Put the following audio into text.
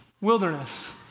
wilderness